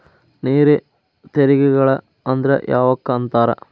ನೇರ ತೆರಿಗೆಗಳ ಅಂದ್ರ ಯಾವಕ್ಕ ಅಂತಾರ